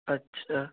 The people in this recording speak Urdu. اچھا